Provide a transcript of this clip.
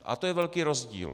A to je velký rozdíl.